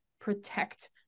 protect